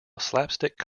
slapstick